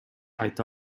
айта